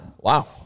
Wow